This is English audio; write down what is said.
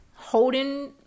Holding